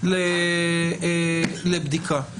לבדיקה?